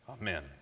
Amen